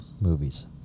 movies